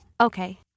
Okay